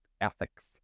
ethics